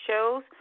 shows